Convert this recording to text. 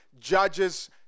Judges